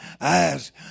eyes